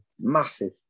massive